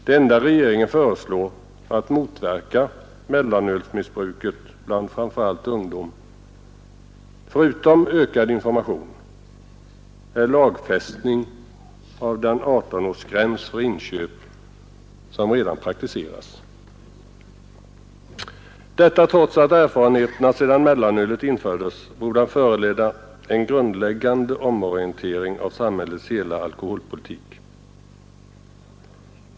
Det enda regeringen föreslår för att motverka mellanölsmissbruket bland framför allt ungdom är förutom ökad information lagfästning av den 18-årsgräns för inköp som redan praktiseras, detta trots att erfarenheterna sedan mellanölet infördes borde ha föranlett en grundläggande omorientering av samhällets hela alkoholpolitik.